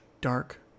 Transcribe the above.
dark